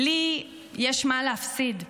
לי יש מה להפסיד.